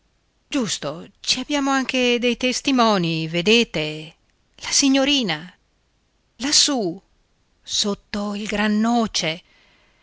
giusto ci abbiamo anche dei testimoni vedete la signorina lassù sotto il gran noce